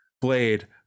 Blade